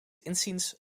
inziens